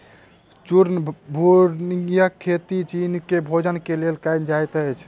चूर्ण भृंगक खेती चीन में भोजन के लेल कयल जाइत अछि